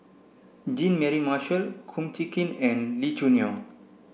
Jean Mary Marshall Kum Chee Kin and Lee Choo Neo